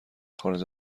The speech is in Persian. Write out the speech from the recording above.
خارج